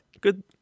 good